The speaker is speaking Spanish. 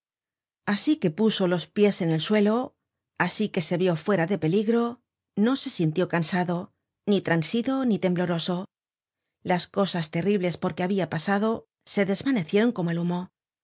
asi que puso los pies en el suelo asi que se vió fuera de peligro no se sintió cansado ni transido ni tembloroso las cosas terribles por que habia pasado se desvanecieron como el humo